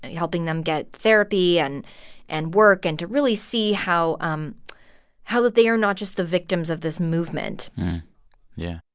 helping them get therapy and and work and to really see how um how that they are not just the victims of this movement yeah